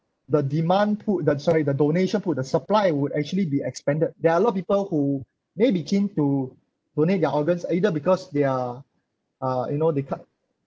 the demand put the sorry the donation put the supply would actually be expanded there are a lot of people who may be keen to donate their organs either because they are uh you know they cut